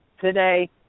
today